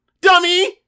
dummy